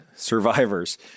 survivors